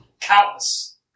countless